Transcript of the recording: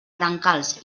brancals